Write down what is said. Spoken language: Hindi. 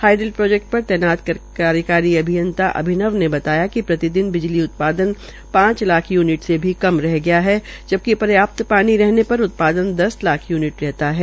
हाईडल प्रोजेक्ट पर तैनात कार्यकारी अभियता अभिनव ने बताया िक प्रति दिन बिजली उत्पादन पांच लाख यूनिट से भी कम रह गया गया है जबकि पर्याप्त पानी रहने पर उत्पादन दस लाख यूनिट रहता है